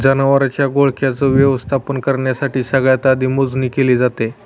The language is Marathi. जनावरांच्या घोळक्याच व्यवस्थापन करण्यासाठी सगळ्यात आधी मोजणी केली जाते